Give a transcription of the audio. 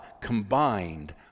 combined